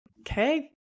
Okay